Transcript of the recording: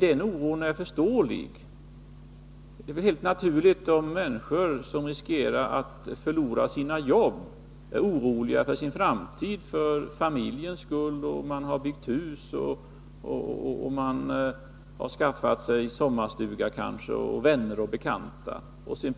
Den oron är förståelig. Det är helt naturligt om människor som riskerar att förlora sina jobb är oroliga för sin framtid, inte minst för familjens skull. De har kanske byggt hus, skaffat sig sommarstuga och fått vänner och bekanta.